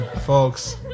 folks